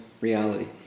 reality